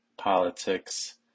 politics